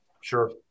Sure